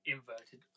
Inverted